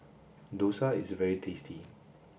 Dosa is very tasty